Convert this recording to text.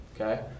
Okay